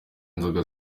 inzoga